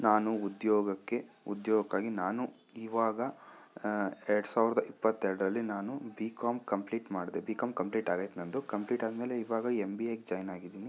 ನಾನು ಉದ್ಯೋಗಕ್ಕೆ ಉದ್ಯೋಗ್ಕಾಗಿ ನಾನು ಇವಾಗ ಎರ್ಡು ಸಾವಿರ್ದ ಇಪ್ಪತ್ತೆರಡ್ರಲ್ಲಿ ನಾನು ಬಿ ಕಾಮ್ ಕಂಪ್ಲೀಟ್ ಮಾಡಿದೆ ಬಿ ಕಾಮ್ ಕಂಪ್ಲೀಟ್ ಆಗೈತೆ ನಂದು ಕಂಪ್ಲೀಟ್ ಆದಮೇಲೆ ಇವಾಗ ಎಮ್ ಬಿ ಎ ಗೆ ಜಾಯ್ನ್ ಆಗಿದ್ದೀನಿ